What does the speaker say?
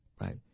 Right